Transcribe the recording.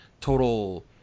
total